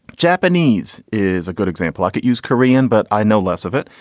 japanese is a good example like it use korean, but i know less of it.